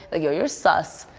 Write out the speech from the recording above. ah yo you're sus.